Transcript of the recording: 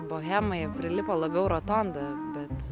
bohemai prilipo labiau rotonda bet